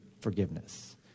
forgiveness